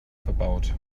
verbaut